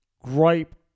gripe